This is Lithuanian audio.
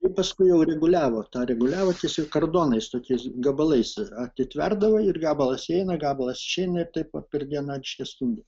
ir paskui jau reguliavo tą reguliavo tiesiog kordonais tokiais gabalais atitverdavo ir gabalas įeina gabalas išeina ir taip vat per dieną reiškia stumdė